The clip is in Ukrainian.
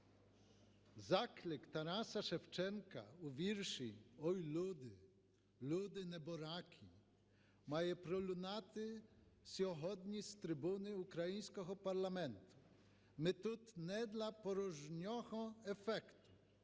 Заклик Тараса Шевченка у вірші "Ой, люди! Люди небораки!" має пролунати сьогодні з трибуни українського парламенту. Ми тут не для порожнього ефекту,